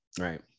right